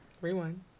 Rewind